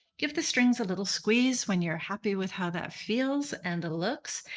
give the strings a little squeeze when you're happy with how that feels and looks.